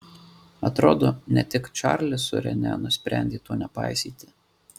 atrodo ne tik čarlis su rene nusprendė to nepaisyti